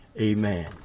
amen